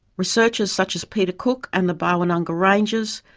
researchers such as peter cooke and the bawinanga rangers,